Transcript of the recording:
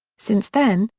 since then,